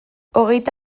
hogeita